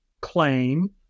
claim